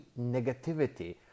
negativity